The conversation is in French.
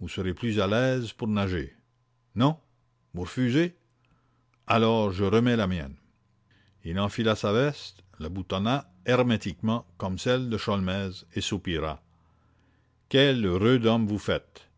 vous serez plus à l'aise pour nager non alors je remets la mienne il enfila sa veste la boutonna hermétiquement comme celle de sholmès et soupira quel rude homme vous faites